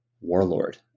warlord